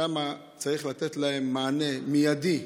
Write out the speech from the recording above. שם צריך לתת להם מענה מיידי.